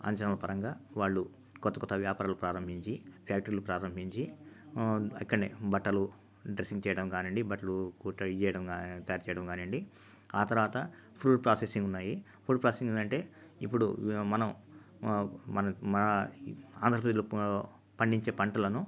అంచనాల పరంగా వాళ్ళు కొత్త కొత్త వ్యాపారాలు ప్రారంభించి ఫ్యాక్టరీలు ప్రారంభించి ఇక్కడినే బట్టలు డ్రెస్సింగ్ చేయడం కానీయండి బట్టలు కూ ఇవ్వడం కాని తయారు చేయడం కానీయండి ఆ తర్వాత ఫుడ్ ప్రాసెసింగ్ ఉన్నాయి ఫుడ్ ప్రాసెసింగ్ ఏందంటే ఇప్పుడు మనం మన ఆంధ్రప్రదేశ్లో ప పండించే పంటలను